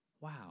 wow